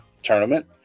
tournament